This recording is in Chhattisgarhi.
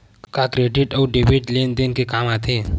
का क्रेडिट अउ डेबिट लेन देन के काम आथे?